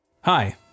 Hi